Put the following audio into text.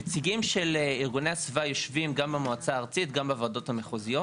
נציגים של ארגוני הסביבה יושבים גם במועצה הארצית וגם בוועדות המחוזיות.